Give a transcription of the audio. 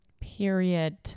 Period